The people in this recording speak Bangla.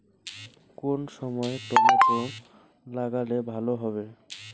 কোন সময় টমেটো লাগালে ভালো হবে?